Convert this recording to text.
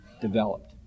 developed